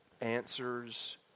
answers